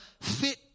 fit